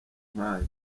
nkaya